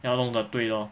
要弄得对 lor